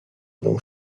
bym